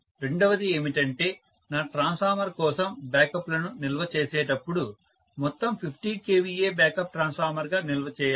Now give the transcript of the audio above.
రెండవది ఏమిటంటే నా ట్రాన్స్ఫార్మర్ కోసం బ్యాకప్లను నిల్వ చేసేటప్పుడు మొత్తం 50 kVA బ్యాకప్ ట్రాన్స్ఫార్మర్గా నిల్వ చేయాలి